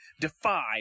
Defy